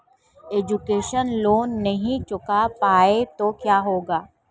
Education loan नहीं चुका पाए तो क्या होगा?